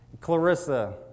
Clarissa